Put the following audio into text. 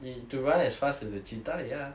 !ee! to run as fast as a cheetah ya